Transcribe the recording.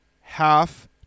half